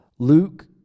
Luke